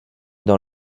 dans